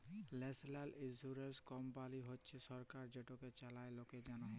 national insurance company হছে সরকার যেটকে চালায় লকের জ্যনহে